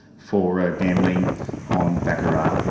for ah gambling on baccarat.